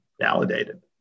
validated